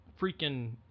freaking